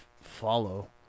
follow